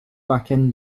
backend